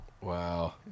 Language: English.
Wow